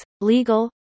legal